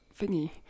thingy